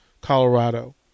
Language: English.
Colorado